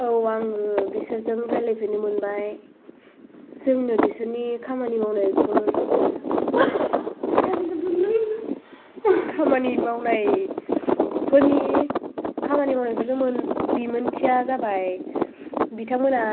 औ आङो बिसोरजों रायलायफेरनो मोनबाय जोंनो बिसोरनि खामानि मावनायफोर खामानि मावनायफोरनि खामानि मावनायफोरजों बिमोनथिया जाबाय बिथांमोना